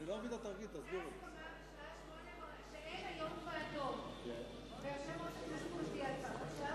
היתה הסכמה שאין היום ועדות ויושב-ראש הכנסת הודיע על כך.